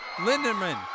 Linderman